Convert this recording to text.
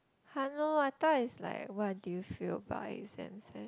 !hannor! I thought it's like what do you feel about exams eh